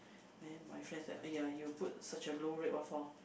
then my friend is like !aiya! you put such a low rate what for